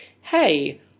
Hey